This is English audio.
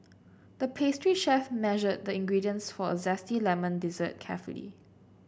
the pastry chef measured the ingredients for a zesty lemon dessert carefully